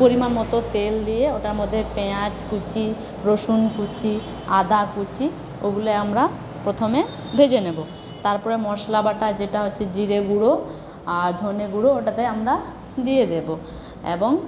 পরিমাণ মতো তেল দিয়ে ওটার মধ্যে পেয়াঁজ কুচি রসুন কুচি আদা কুচি ওগুলো আমরা প্রথমে ভেজে নেবো তারপরে মশলা বাটা যেটা হচ্ছে জিরে গুঁড়ো আর ধনে গুঁড়ো ওটাতে আমরা দিয়ে দেবো এবং